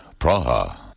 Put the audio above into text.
Praha